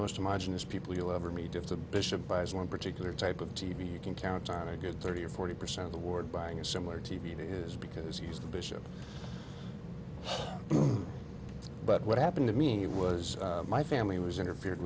most imagine this people you'll ever meet if the bishop buys one particular type of t v you can count on a good thirty or forty percent award buying a similar t v is because he's the bishop but what happened to me was my family was interfered